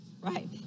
Right